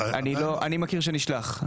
אני מכיר שנשלח.